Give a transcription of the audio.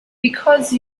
because